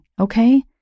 okay